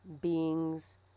beings